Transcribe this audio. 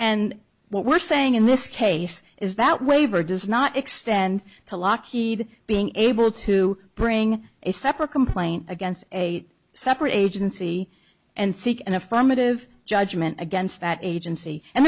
and what we're saying in this case is that waiver does not extend to lockheed being able to bring a separate complaint against a separate agency and seek an affirmative judgment against that agency and